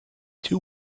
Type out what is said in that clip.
two